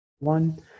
one